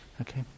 Okay